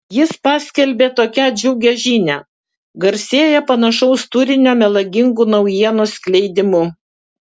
jis paskelbė tokią džiugią žinią garsėja panašaus turinio melagingų naujienų skleidimu